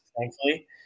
Thankfully